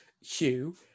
Hugh